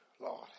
Lord